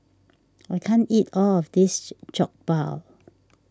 I can't eat all of this Jokbal